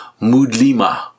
Mudlima